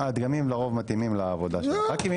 הדגמים לרוב מתאימים לעבודה של חה"כים.